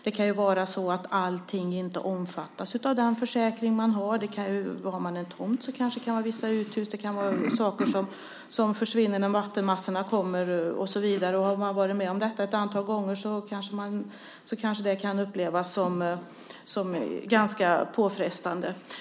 Det kan vara så att allting inte omfattats av den försäkring man har. Har man en tomt kan det kanske vara vissa uthus eller saker som försvinner när vattenmassorna kommer, och så vidare. Har man varit med om detta ett antal gånger kan det upplevas som ganska påfrestande.